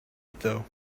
though